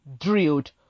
drilled